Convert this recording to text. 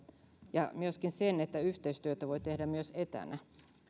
ja myöskin se että yhteistyötä voi tehdä myös etänä